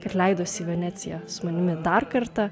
kad leidosi į veneciją su manimi dar kartą